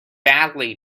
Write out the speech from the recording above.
badly